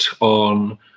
on